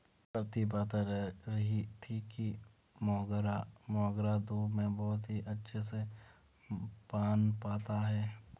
प्रीति बता रही थी कि मोगरा धूप में बहुत ही अच्छे से पनपता है